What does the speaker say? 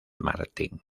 martín